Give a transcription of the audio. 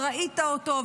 וראית אותו,